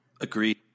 Agreed